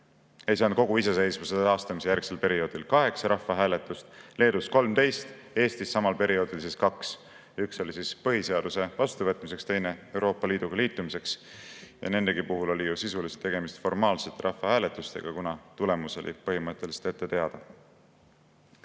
Lätis on kogu iseseisvuse taastamise järgsel perioodil toimunud 8 rahvahääletust, Leedus 13, Eestis samal perioodil 2. Üks oli põhiseaduse vastuvõtmise üle, teine Euroopa Liiduga liitumise üle. Nendegi puhul oli sisuliselt tegemist formaalsete rahvahääletustega, kuna tulemus oli põhimõtteliselt ette teada.